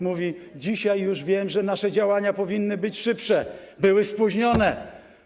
Mówi: dzisiaj już wiem, że nasze działania powinny być szybsze, były spóźnione.